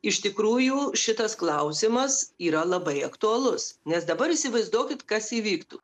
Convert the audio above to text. iš tikrųjų šitas klausimas yra labai aktualus nes dabar įsivaizduokit kas įvyktų